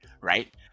right